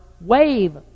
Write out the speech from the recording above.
wave